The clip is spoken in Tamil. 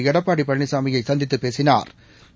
எடப்பாடிபழனிசாமியைசந்தித்துபேசினாா்